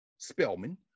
Spellman